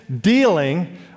dealing